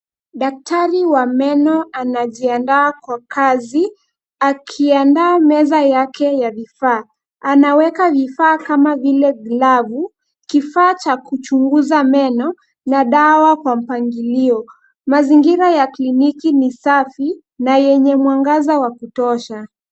Daktari wa meno anajiandaa kwa kazi. Akiandaa meza yake ya vifaa ,anaweka vifaa kama vile, glavu kifaa cha kuchunguza meno na dawa kwa mpangilio. Mazingira yakiiniki ni safi na yenye mwangaza wa kutosha.